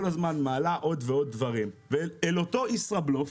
הזמן מעלה עוד ועוד דברים ואל אותו ישראבלוף,